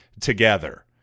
together